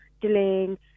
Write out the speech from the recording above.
delaying